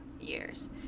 years